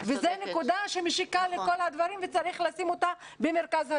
וזו נקודה שמשיקה לכל הדברים וצריך לשים אותה במרכז הדברים.